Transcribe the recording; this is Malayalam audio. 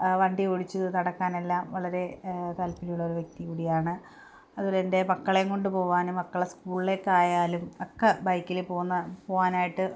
വണ്ടി ഓടിച്ചത് ത നടക്കാനെല്ലാം വളരെ താല്പര്യമുള്ള ഒരു വ്യക്തി കൂടിയാണ് അതുപോലെ എൻ്റെ മക്കളെയും കൊണ്ട് പോകാനും മക്കളെ സ്കൂളിലേക്കായാലും ഒക്കെ ബൈക്കിൽ പോകുന്ന പോകാനായിട്ട്